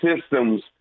systems